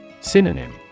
synonym